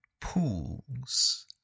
pools